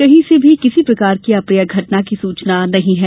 कहीं से भी किसी प्रकार की अप्रिय घटना की सूचना नहीं है